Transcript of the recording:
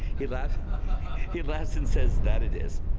he laughed he laughs and says that it is.